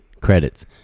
Credits